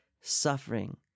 suffering